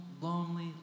lonely